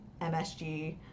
MSG